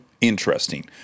interesting